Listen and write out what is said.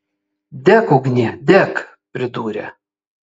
dek ugnie dek pridūrė